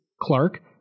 Clark